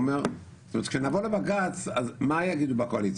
הוא אומר, כשנבוא לבג"ץ אז מה יגידו בקואליציה?